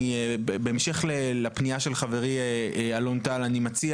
בהמשך לפניה של חברי אלון טל, אני מציע